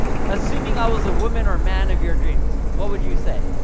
assuming i was a woman or man of your dreams, what would you say?